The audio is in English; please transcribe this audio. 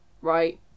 right